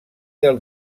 del